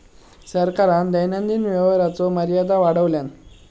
सरकारान दैनंदिन व्यवहाराचो मर्यादा वाढवल्यान